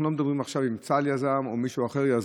אנחנו לא מדברים עכשיו אם צה"ל יזם או מישהו אחר יזם.